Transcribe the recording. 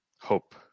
hope